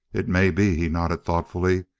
it may be, he nodded thoughtfully.